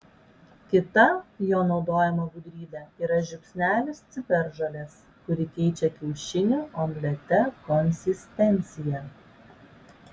kita jo naudojama gudrybė yra žiupsnelis ciberžolės kuri keičia kiaušinių omlete konsistenciją